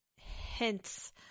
hints